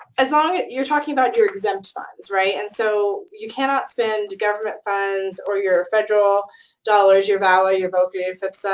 as long you're talking about your exempt funds, right? and so you cannot spend government funds or your federal dollars, your vawa, your voca, your fvpsa,